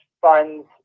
funds